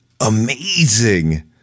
amazing